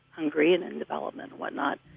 hungry and in development and whatnot.